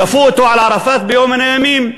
כפו אותו על ערפאת ביום מן הימים,